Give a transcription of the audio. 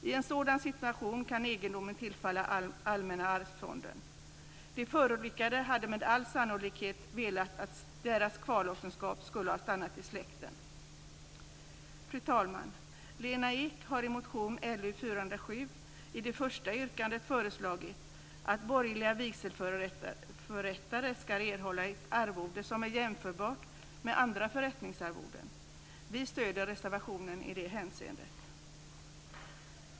I en sådan situation kan egendomen tillfalla Allmänna arvsfonden. De förolyckade hade med all sannolikhet velat att deras kvarlåtenskap skulle ha stannat i släkten. Fru talman! Lena Ek har i motion L407, det första yrkandet, föreslagit att borgerliga vigselförrättare ska erhålla ett arvode som är jämförbart med andra förrättningsarvoden. Vi stöder reservationen i det hänseendet.